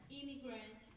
immigrant